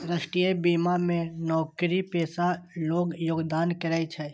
राष्ट्रीय बीमा मे नौकरीपेशा लोग योगदान करै छै